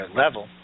level